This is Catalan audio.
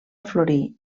florir